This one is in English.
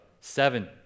seven